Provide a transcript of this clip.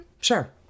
Sure